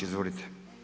Izvolite.